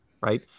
right